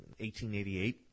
1888